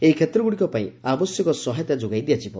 ଏହି କ୍ଷେତ୍ରଗୁଡ଼ିକ ପାଇଁ ଆବଶ୍ୟକ ସହାୟତା ଯୋଗାଇ ଦିଆଯିବ